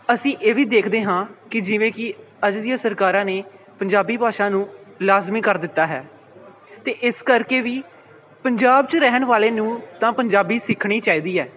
ਅਸੀਂ ਇਹ ਵੀ ਦੇਖਦੇ ਹਾਂ ਕਿ ਜਿਵੇਂ ਕਿ ਅੱਜ ਦੀਆਂ ਸਰਕਾਰਾਂ ਨੇ ਪੰਜਾਬੀ ਭਾਸ਼ਾ ਨੂੰ ਲਾਜ਼ਮੀ ਕਰ ਦਿੱਤਾ ਹੈ ਅਤੇ ਇਸ ਕਰਕੇ ਵੀ ਪੰਜਾਬ 'ਚ ਰਹਿਣ ਵਾਲੇ ਨੂੰ ਤਾਂ ਪੰਜਾਬੀ ਸਿੱਖਣੀ ਚਾਹੀਦੀ ਹੈ